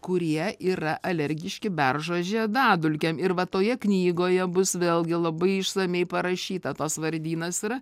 kurie yra alergiški beržo žiedadulkėm ir va toje knygoje bus vėlgi labai išsamiai parašyta tas vardynas yra